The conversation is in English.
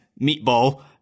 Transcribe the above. Meatball